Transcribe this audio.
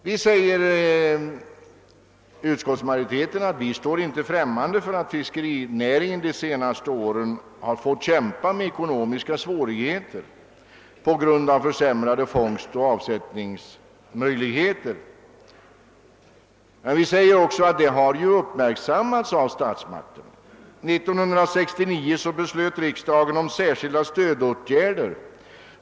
Vi som tillhör utskottsmajoriteten säger att vi är medvetna om att fiskerinäringen under de senaste åren har fått kämpa med ekonomiska svårigheter på grund av försämrade fångstoch avsättningsmöjligheter. Men vi påminner också om att detta förhållande har uppmärksammats av statsmakterna. År 1969 fattade riksdagen beslut om särskilda stödåtgärder.